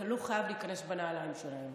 אתה לא חייב להיכנס לנעליים שלהם.